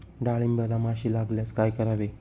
डाळींबाला माशी लागल्यास काय करावे?